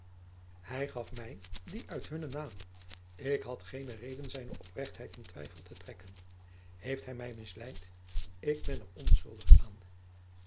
hij gaf mij die uit hunnen naam ik had geen reden zijne oprechtheid in twijfel te trekken heeft hij mij misleid ik ben er onschuldig aan